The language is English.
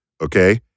Okay